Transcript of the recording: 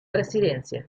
residencia